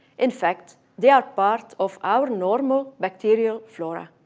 in fact, they are part of our normal bacterial flora.